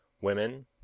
women